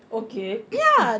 okay